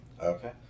Okay